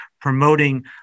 promoting